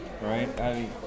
Right